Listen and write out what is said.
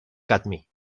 cadmi